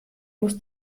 muss